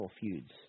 feuds